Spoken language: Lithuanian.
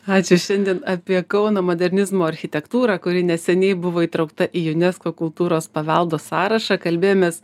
ačiū šiandien apie kauno modernizmo architektūrą kuri neseniai buvo įtraukta į unesco kultūros paveldo sąrašą kalbėjomės